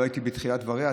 לא הייתי בתחילת דבריה,